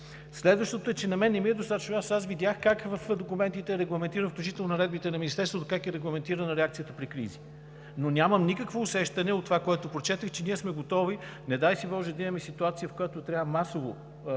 Следващото, на мен не ми е достатъчно – аз видях в документите, включително в наредбите на Министерството, как е регламентирана реакцията при кризи. Но нямам никакво усещане от това, което прочетох, че сме готови, не дай си боже, да имаме ситуация, в която трябва масово